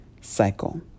cycle